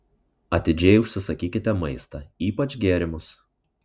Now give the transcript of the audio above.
atidžiai užsisakykite maistą ypač gėrimus